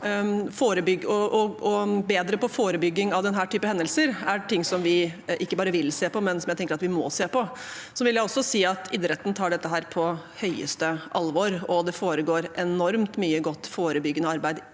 bedre på forebygging av denne typen hendelser, er noe som vi ikke bare vil se på, men som jeg tenker at vi må se på. Jeg vil også si at idretten tar dette på høyeste alvor. Det foregår enormt mye godt forebyggende arbeid